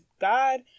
God